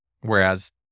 Whereas